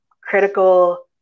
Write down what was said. critical